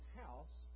house